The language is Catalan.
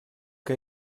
que